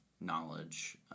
knowledge